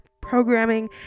programming